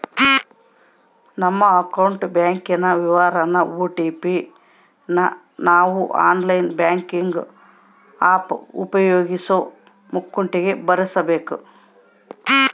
ನಮ್ಮ ಅಕೌಂಟ್ ಬ್ಯಾಂಕಿನ ವಿವರಾನ ಓ.ಟಿ.ಪಿ ನ ನಾವು ಆನ್ಲೈನ್ ಬ್ಯಾಂಕಿಂಗ್ ಆಪ್ ಉಪಯೋಗಿಸೋ ಮುಂಕಟಿಗೆ ಭರಿಸಬಕು